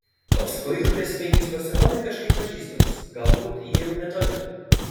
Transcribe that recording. paskui upės vingis pasirodė kažkaip pažįstamas galbūt jie jau netoli